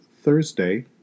Thursday